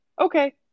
Okay